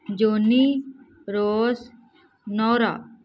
Johnny Rose Nora